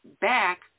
back